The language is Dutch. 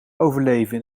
overleven